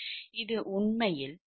இது உண்மையில் சமன்பாடு 55 ஆகும்